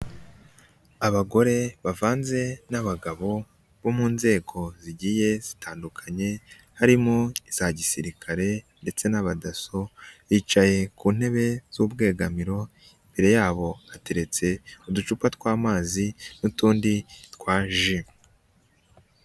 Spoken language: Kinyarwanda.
Abagore bavanze n'abagabo bo mu nzego zigiye zitandukanye harimo iza gisirikare ndetse n'abadaso bicaye ku ntebe z'ubwegamiro imbere yabo hateretse uducupa tw'amazi n'utundi twa ji.